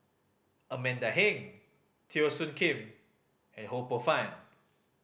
Amanda Heng Teo Soon Kim and Ho Poh Fun